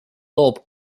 loob